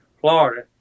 Florida